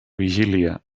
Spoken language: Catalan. vigília